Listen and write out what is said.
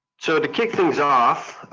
so, to kick things off